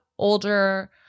Older